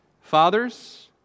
Fathers